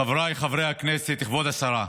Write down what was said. חבריי חברי הכנסת, כבוד השרה,